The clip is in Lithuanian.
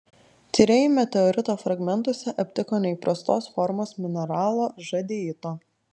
tyrėjai meteorito fragmentuose aptiko neįprastos formos mineralo žadeito